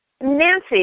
Nancy